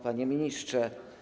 Panie Ministrze!